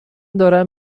دارم